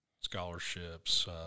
scholarships